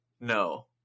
no